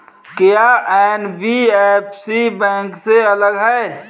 क्या NBFC bank से अलग है?